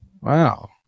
Wow